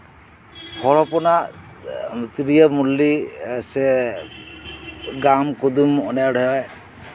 ᱦᱚᱲ ᱦᱚᱯᱚᱱᱟᱜ ᱛᱤᱨᱭᱳ ᱢᱩᱨᱞᱤ ᱥᱮ ᱜᱟᱢ ᱠᱩᱫᱩᱢ ᱚᱱᱚᱬᱦᱮᱸ